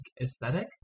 aesthetic